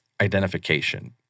identification